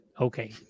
Okay